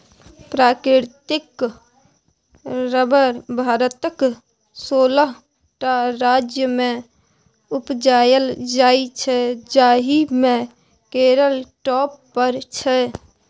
प्राकृतिक रबर भारतक सोलह टा राज्यमे उपजाएल जाइ छै जाहि मे केरल टॉप पर छै